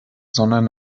sondern